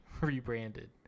rebranded